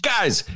Guys